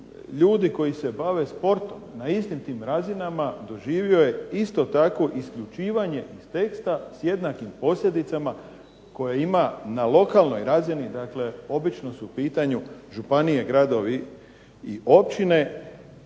ljudi koji se bave sportom na istim tim razinama doživio je isto tako isključivanje iz teksta s jednakim posljedicama koje ima na lokalnoj razini. Dakle, obično su u pitanju županije, gradovi i općine